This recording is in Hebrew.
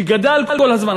שגדל כל הזמן.